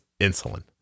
insulin